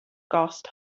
gost